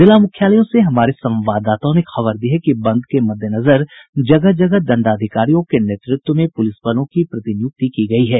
जिला मुख्यालयों से हमारे संवाददाताओं ने खबर दी है कि बंद के मद्देनजर जगह जगह दंडाधिकारियों के नेतृत्व में प्रलिस बलों की प्रतिनियुक्ति की गयी है